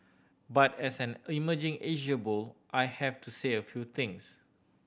but as an emerging Asia bull I have to say a few things